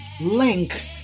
link